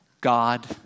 God